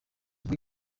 muri